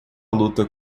luta